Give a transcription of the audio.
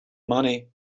money